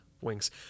wings